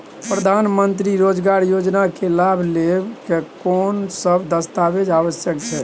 प्रधानमंत्री मंत्री रोजगार योजना के लाभ लेव के कोन सब दस्तावेज आवश्यक छै?